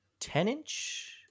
10-inch